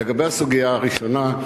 לגבי הסוגיה הראשונה,